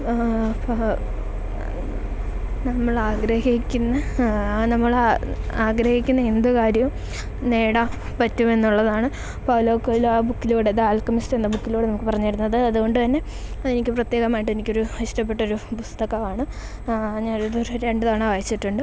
അപ്പോൾ അതിന് നമ്മളാഗ്രഹിക്കുന്ന നമ്മളാ ആഗ്രഹിക്കുന്ന എന്തു കാര്യവും നേടാൻ പറ്റുമെന്നുള്ളതാണ് പൗലോ കൊയ്ലോ ആ ബുക്കിലൂടെ ദ ആൽക്കെമിസ്റ്റ് എന്ന ബുക്കിലൂടെ നമുക്ക് പറഞ്ഞു തരുന്നത് അതു കൊണ്ടു തന്നെ എനിക്ക് പ്രത്യേകമായിട്ടെനിക്കൊരു ഇഷ്ടപ്പെട്ടൊരു പുസ്തകമാണ് ആ ഞാനിതൊരു രണ്ടു തവണ വായിച്ചിട്ടുണ്ട്